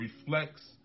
reflects